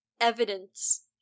evidence